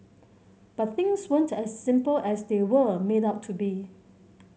but things weren't as simple as they were made out to be